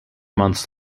months